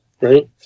right